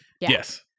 Yes